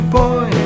boy